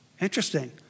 Interesting